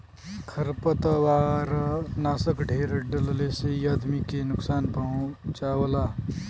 खरपतवारनाशक ढेर डलले से इ आदमी के नुकसान पहुँचावला